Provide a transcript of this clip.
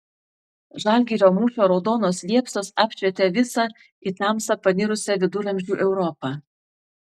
žalgirio mūšio raudonos liepsnos apšvietė visą į tamsą panirusią viduramžių europą